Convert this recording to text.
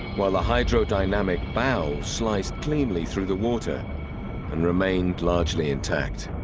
while the hydrodynamic bow slice cleanly through the water and remained largely intact